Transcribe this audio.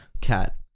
cat